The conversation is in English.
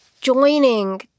joining